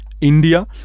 india